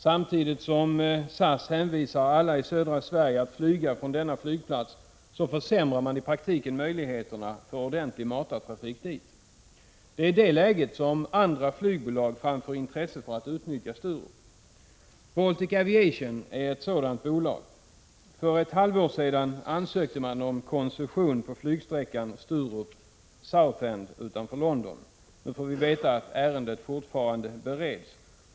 Samtidigt som SAS hänvisar alla i södra Sverige att flyga från denna flygplats, försämrar man i praktiken möjligheterna för ordentlig matartrafik dit. Det är i det läget som andra flygbolag framför intresse för att utnyttja Sturup. Baltic Aviation är ett sådant bolag. För ett halvår sedan ansökte man om koncession på flygsträckan Sturup—Southend utanför London. Nu får vi veta att ärendet fortfarande bereds.